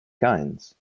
kinds